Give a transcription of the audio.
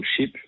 ship